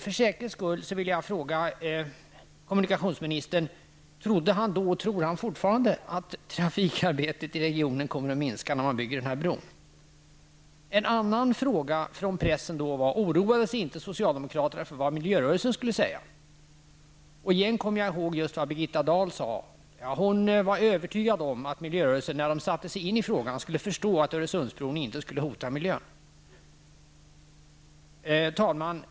För säkerhets skull vill jag fråga kommunikationsministern: Trodde han då och tror han fortfarande att trafikarbetet kommer att minska när man bygger denna bro? En annan fråga från pressen var då: Oroar sig inte socialdemokraterna för vad miljörörelsen kommer att säga? Igen kommer jag ihåg vad Birgitta Dahl sade. Hon var övertygad om att miljörörelsen, när den väl satt sig in i frågan, skulle förstå att Öresundsbron inte skulle hota miljön.